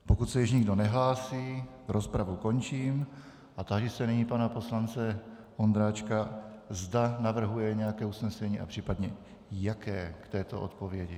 Pokud se již nikdo nehlásí, rozpravu končím a táži se nyní pana poslance Ondráčka, zda navrhuje nějaké usnesení a případně jaké k této odpovědi.